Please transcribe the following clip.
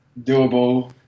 doable